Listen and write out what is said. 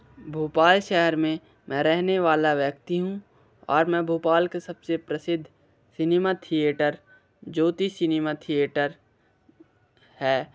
भोपाल शहर में मैं रहने वाला व्यक्ति हूँ और मैं भोपाल के सबसे प्रसिद्ध cinema theatre Jyoti cinema theatre है